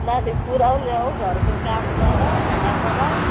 नानी पुऱ्याउ ल्याऊ घरको काम गर खाना बनाऊ